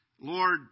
Lord